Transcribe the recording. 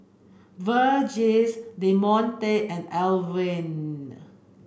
Virgie Demonte and Alwine